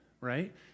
right